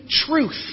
truth